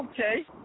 Okay